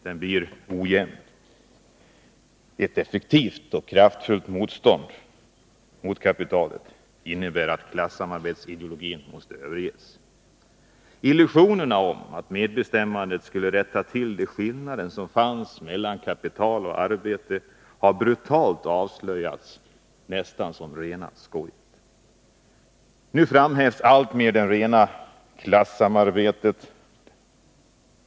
Den blir ojämn. Ett effektivt och kraftfullt motstånd mot kapitalet innebär att klassamarbetsideologin måste överges. Illusionerna om att ett medbestämmande skulle rätta till de skillnader som fanns mellan kapital och arbete har brutalt avslöjats, nästan som rent skoj. Nu framhävs alltmer det rena klassamarbetet.